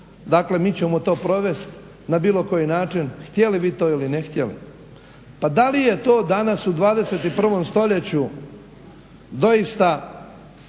dakle mi ćemo to provesti na bilo koji način htjeli vi to ili ne htjeli. Pa da li je to danas u 21.stoljeću doista